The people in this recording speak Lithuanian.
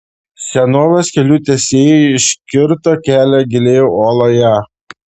senovės kelių tiesėjai iškirto kelią giliai uoloje